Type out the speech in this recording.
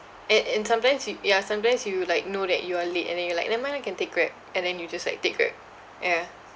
and and sometimes you ya sometimes you like know that you are late and then you like never mind lah can take Grab and then you just like take Grab yeah